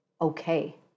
okay